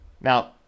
Now